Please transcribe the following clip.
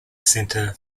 center